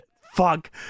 fuck